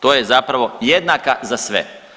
To je zapravo jednaka za sve.